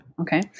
Okay